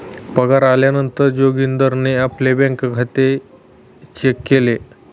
पगार आल्या नंतर जोगीन्दारणे आपले बँक खाते चेक केले